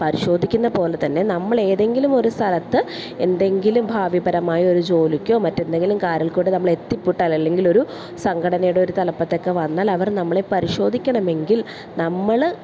പരിശോധിക്കുന്നത് പോലെ തന്നെ നമ്മൾ ഏതെങ്കിലും ഒരു സ്ഥലത്ത് എന്തെങ്കിലും ഭാവി പരമായ ഒരു ജോലിക്കോ മറ്റെന്തെങ്കിലും കാര്യങ്ങൾ കൊണ്ട് നമ്മൾ എത്തിപ്പെട്ടാൽ അല്ലെങ്കിൽ ഒരു സംഘടനയുടെ ഒരു തലപ്പത്തൊക്കെ വന്നാൽ അവർ നമ്മളെ പരിശോധിക്കണമെങ്കിൽ നമ്മൾ